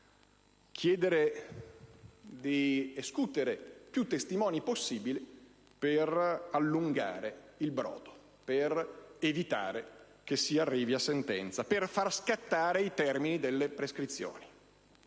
chiedere di escutere più testimoni possibili per allungare il brodo, per evitare che si arrivi a sentenza e per fare scattare i termini delle prescrizioni.